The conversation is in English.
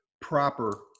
proper